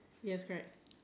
yes correct